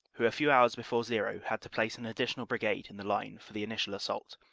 who a few hours before zero had to place an additional brigade in the line for the initial assault.